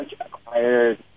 acquired